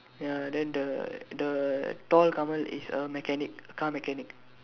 ya then the the tall Kamal is a mechanic car mechanic